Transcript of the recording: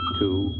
two